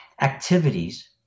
activities